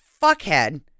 fuckhead